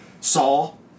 Saul